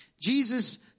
Jesus